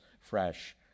fresh